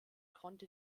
konnte